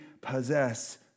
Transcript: possess